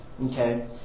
okay